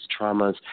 traumas